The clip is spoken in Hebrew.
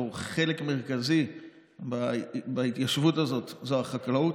חלק מרכזי בהתיישבות הזאת זה החקלאות.